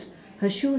her shoes